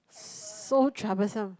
so troublesome